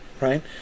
Right